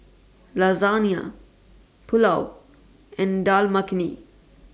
Lasagna Pulao and Dal Makhani